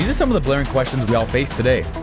and some of the glaring questions we all face today.